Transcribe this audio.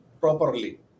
properly